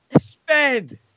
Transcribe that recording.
Spend